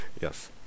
Yes